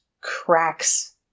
cracks